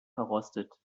verrostet